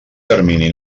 termini